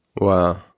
Wow